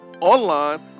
online